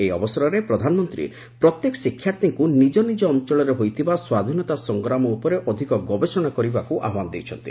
ଏହି ଅବସରରେ ପ୍ରଧାନମନ୍ତ୍ରୀ ପ୍ରତ୍ୟେକ ଶିକ୍ଷାର୍ଥୀଙ୍କୁ ନିଜ ନିକ ଅଞ୍ଚଳରେ ହୋଇଥିବା ସ୍ୱାଧୀନତା ସଂଗ୍ରାମ ଉପରେ ଅଧିକ ଗବେଷଣା କରିବାକୁ ଆହ୍ବାନ ଦେଇଛନ୍ତି